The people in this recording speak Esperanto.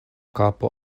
kapo